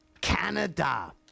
Canada